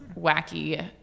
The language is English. wacky